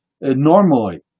normally